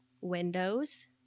windows